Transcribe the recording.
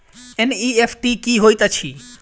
NEFT की होइत अछि?